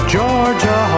Georgia